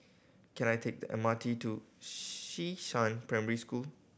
can I take the M R T to Xishan Primary School